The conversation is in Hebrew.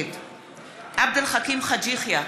נגד עבד אל חכים חאג' יחיא,